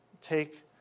take